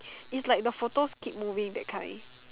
is like the photo keep moving that kind